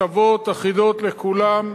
שוות, אחידות לכולם,